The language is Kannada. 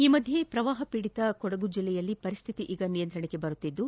ಈ ಮಧ್ಯೆ ಪ್ರವಾಹ ಪೀಡಿತ ಕೊಡಗಿನಲ್ಲಿ ಪರಿಸ್ಥಿತಿ ಈಗ ನಿಯಂತ್ರಣಕ್ಕೆ ಬರುತ್ತಿದ್ದು